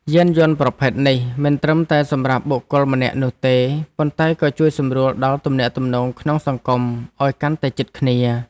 យានយន្តប្រភេទនេះមិនត្រឹមតែសម្រាប់បុគ្គលម្នាក់នោះទេប៉ុន្តែក៏ជួយសម្រួលដល់ទំនាក់ទំនងក្នុងសង្គមឱ្យកាន់តែជិតគ្នា។